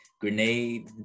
grenade